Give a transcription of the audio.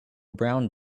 brown